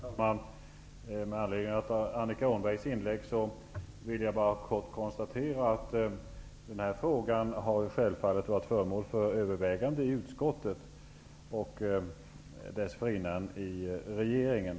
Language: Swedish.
Herr talman! Med anledning av Annika Åhnbergs inlägg vill jag bara kort konstatera att den här frågan självfallet har varit föremål för överväganden i utskottet och dessförinnan i regeringen.